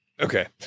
Okay